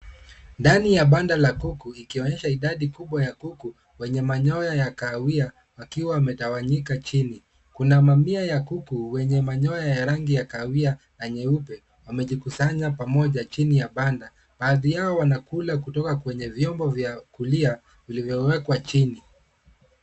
Ndani ya banda la kuku, ikionyesha idadi kubwa ya kuku wenye manyoya ya kahawia, wakiwa wametawanyika chini. Kuna mamia ya kuku wenye manyoya ya rangi ya kahawia na nyeupe wamejikusanya pamoja chini ya banda. Baadhi yao wanakula kutoka kwenye vyombo vya kulia vilivyowekwa chini.